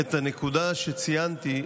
את הנקודה שציינתי,